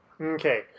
Okay